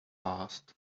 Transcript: last